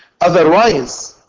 Otherwise